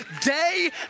day